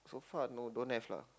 so far no don't have lah